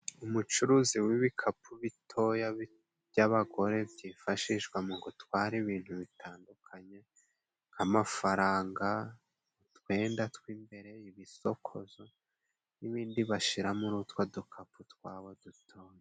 Umucuruzi w'ibikapu bitoya by'abagore byifashishwa mu gutwara ibintu bitandukanye. Nk'amafaranga, utwenda tw'imbere, ibisokozo n'ibindi bashyira muri utwo dukapu twabo dutoya.